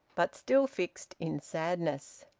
but still fixed in sadness.